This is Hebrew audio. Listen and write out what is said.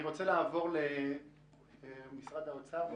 אני רוצה לעבור למשרד האוצר.